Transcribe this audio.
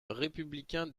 républicain